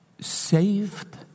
Saved